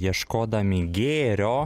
ieškodami gėrio